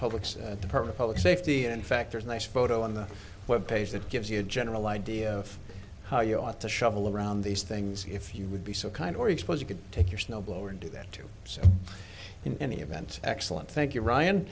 public department public safety in fact there's a nice photo on the web page that gives you a general idea of how you ought to shuffle around these things if you would be so kind or expose you could take your snowblower do that too so in any event excellent thank you ryan